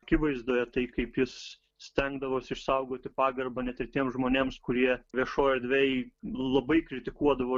akivaizdoje tai kaip jis stengdavosi išsaugoti pagarbą net ir tiem žmonėms kurie viešoj erdvėj labai kritikuodavo